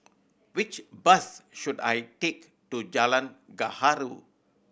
which bus should I take to Jalan Gaharu